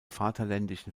vaterländischen